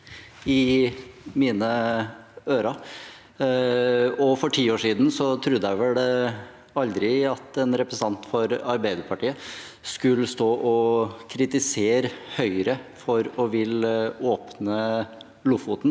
For ti år siden trodde jeg vel aldri at en representant for Arbeiderpartiet skulle stå og kritisere Høyre for å ville åpne Lofoten.